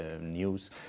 news